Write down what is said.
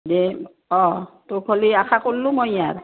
দেই অঁ তো খলি আশা কৰলোঁ মই ইয়াৰ